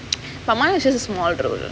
but mine was just a small role